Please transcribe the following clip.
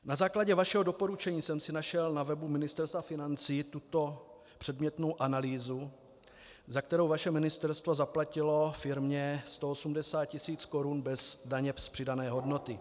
Na základě vašeho doporučení jsem si našel na webu Ministerstva financí tuto předmětnou analýzu, za kterou vaše ministerstvo zaplatilo firmě 180 tisíc Kč bez daně z přidané hodnoty.